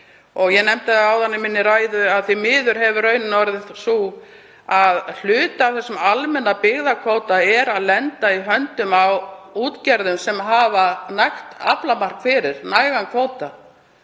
Ég nefndi áðan í ræðu að því miður hefur raunin orðið sú að hluti af þessum almenna byggðakvóta lendir í höndum á útgerðum sem hafa nægt aflamark fyrir, hafa nægan kvóta.